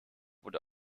wurde